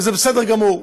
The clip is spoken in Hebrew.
וזה בסדר גמור,